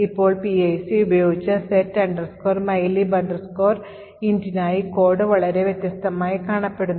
ഇപ്പോൾ PIC ഉപയോഗിച്ച് set mylib intനായി കോഡ് വളരെ വ്യത്യസ്തമായി കാണപ്പെടുന്നു